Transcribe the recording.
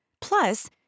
Plus